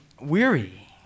weary